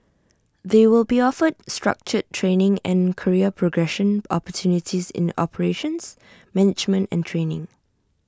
they will be offered structured training and career progression opportunities in operations management and training